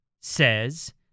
says